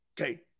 Okay